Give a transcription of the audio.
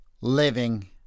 living